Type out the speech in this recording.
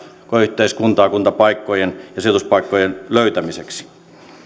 koko yhteiskuntaa kuntapaikkojen ja sijoituspaikkojen löytämiseksi